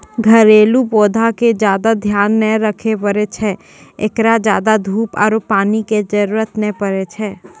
घरेलू पौधा के ज्यादा ध्यान नै रखे पड़ै छै, एकरा ज्यादा धूप आरु पानी के जरुरत नै पड़ै छै